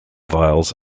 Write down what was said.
vials